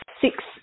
six